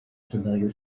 familiar